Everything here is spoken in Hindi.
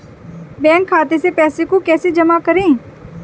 बैंक खाते से पैसे को कैसे जमा करें?